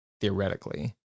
theoretically